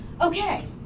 okay